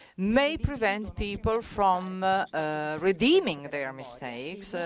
may prevent people from ah redeeming their mistakes.